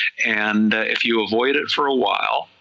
and if you avoid it for a while,